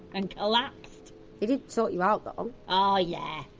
and collapsed. he did sort you out though? oh yeah